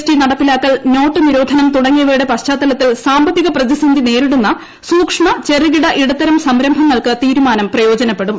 T നടപ്പിലാക്കൽ note നിരോധനം തുടങ്ങിയവയുടെ പശ്ചാത്തലത്തിൽ സാമ്പത്തിക പ്രതിസന്ധി നേരിടുന്ന സൂക്ഷ്മ ചെറുകിട ഇടത്തരം സംരംഭങ്ങൾക്ക് തീരുമാനം പ്രയോജനപ്പെടും